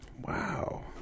wow